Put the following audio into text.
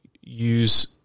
use